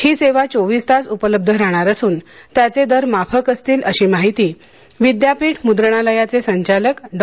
ही सेवा चोवीस तास उपलब्ध राहणार असून त्याचे दर माफक असतील अशी माहिती विद्यापीठ मुद्रणालयाचे संचालक डॉ